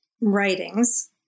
writings